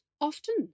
often